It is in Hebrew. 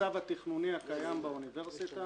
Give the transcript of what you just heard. המצב התכנוני הקיים באוניברסיטה.